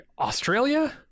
Australia